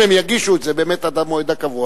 אם הם יגישו את זה באמת עד המועד הקבוע,